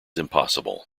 impossible